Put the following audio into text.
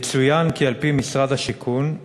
יצוין כי על-פי משרד השיכון,